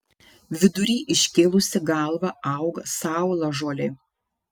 vidury iškėlusi galvą auga saulažolė